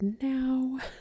now